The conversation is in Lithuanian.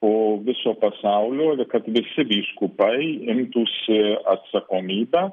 o viso pasaulio ir kad visi vyskupai imtųsi atsakomybę